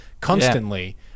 constantly